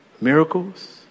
miracles